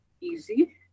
easy